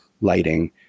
lighting